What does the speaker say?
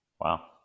Wow